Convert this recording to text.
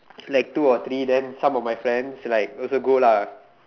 like two or three then some of my friends like also go lah